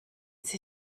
sie